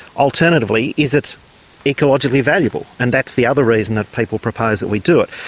alternatively, is it ecologically valuable? and that's the other reason that people propose that we do it.